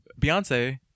Beyonce